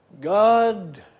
God